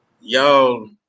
y'all